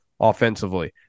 offensively